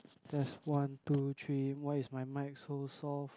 test one two three why is my mic so soft